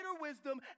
wisdom